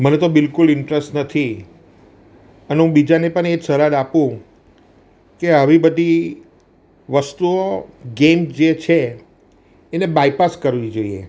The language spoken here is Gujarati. મને તો બિલકુલ ઈન્ટ્રેસ્ટ નથી અને હું બીજાને પણ એ જ સલાહ આપું કે આવી બધી વસ્તુઓ ગેમ જે છે એને બાયપાસ કરવી જોઈએ